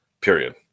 Period